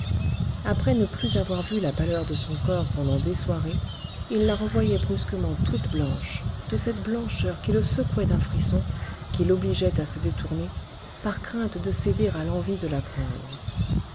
après ne plus avoir vu la pâleur de son corps pendant des soirées il la revoyait brusquement toute blanche de cette blancheur qui le secouait d'un frisson qui l'obligeait à se détourner par crainte de céder à l'envie de la